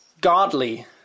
godly